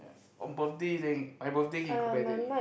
on birthday then my birthday can go back there eat